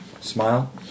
Smile